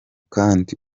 kandi